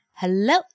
Hello